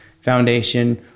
foundation